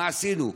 מה עשינו?